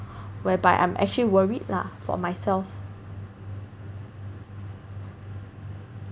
whereby I'm actually worried lah for myself